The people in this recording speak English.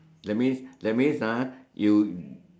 that means that means ah you